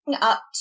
up